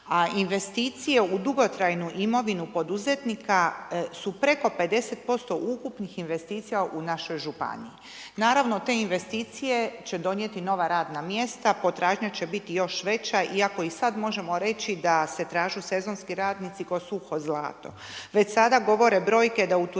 a investicije u dugotrajnu imovinu poduzetnika su preko 50% ukupnih investicija u našoj županiji. Naravno te investicije će donijeti nova radna mjesta, potražnja će biti još veća iako i sad možemo reći da se tražu sezonski radnici ko suho zlato. Već sada govore brojke da u turizmu